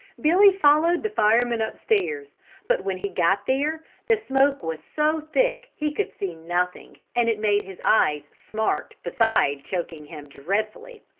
billy followed the firemen upstairs but when he got there the smoke was so thick he could see nothing, and it made his eyes smart beside choking him dreadfully,